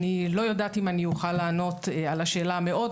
אני לא יודעת אם אני אוכל לענות על השאלה המאוד